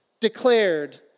declared